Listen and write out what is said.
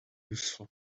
useful